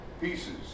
pieces